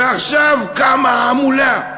ועכשיו קמה המולה,